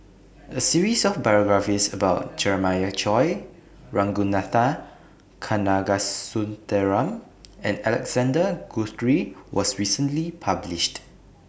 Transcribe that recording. A series of biographies about Jeremiah Choy Ragunathar Kanagasuntheram and Alexander Guthrie was recently published